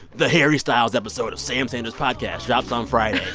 the harry styles episode of sam sanders' podcast drops on friday